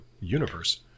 universe